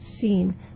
seen